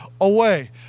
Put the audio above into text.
away